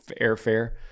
airfare